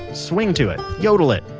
swing to it. yodel it.